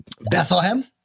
bethlehem